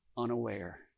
unaware